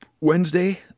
Wednesday